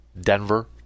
Denver